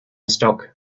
stock